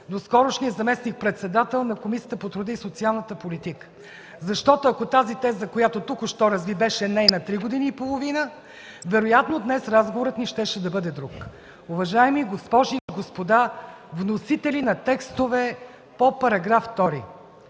доскорошния заместник-председател на Комисията по труда и социалната политика. Защото, ако тази теза, която току-що разви, беше нейна три години и половина, вероятно днес разговорът ни щеше да бъде друг. Уважаеми госпожи и господа вносители на текстове по § 2, Вашата